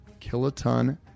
kiloton